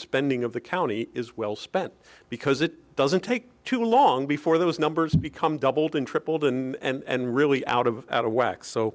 spending of the county is well spent because it doesn't take too long before those numbers become doubled and tripled and really out of out of whack so